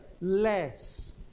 less